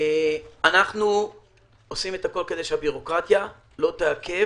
אנחנו עושים הכול כדי שהבירוקרטיה לא תעכב